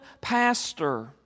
pastor